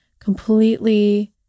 completely